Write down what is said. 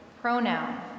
pronoun